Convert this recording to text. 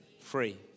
free